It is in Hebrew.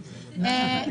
תשתיות,